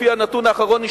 לפי הנתון האחרון,